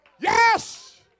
Yes